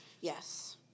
Yes